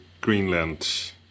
Greenland